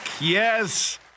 yes